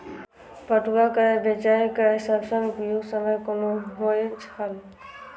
पटुआ केय बेचय केय सबसं उपयुक्त समय कोन होय छल?